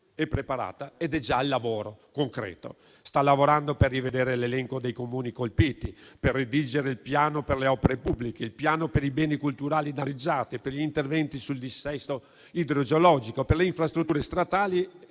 e preparata ed è già al lavoro concreto. Sta lavorando per rivedere l'elenco dei Comuni colpiti, per redigere il piano per le opere pubbliche, il piano per i beni culturali danneggiati, per gli interventi sul dissesto idrogeologico, per le infrastrutture stradali